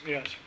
Yes